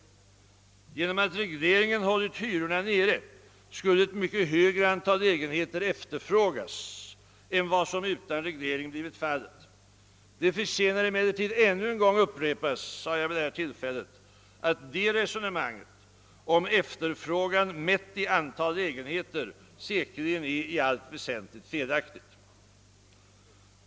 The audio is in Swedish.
Genom att regleringen har hållit hyrorna nere skulle ett mycket större antal lägenheter efterfrågas än vad som utan reglering blivit fallet. Det förtjänar emellertid ännu en gång upprepas», hävdade jag vid detta tillfälle, »att detta resonemang om efterfrågan mätt i antal lä genheter säkerligen är i allt väsentligt felaktigt».